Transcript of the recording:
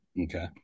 Okay